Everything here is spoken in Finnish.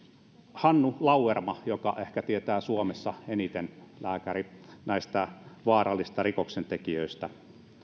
hannu lauerman joka ehkä tietää suomessa eniten näistä vaarallisista rikoksentekijöistä